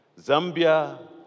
Zambia